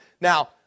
now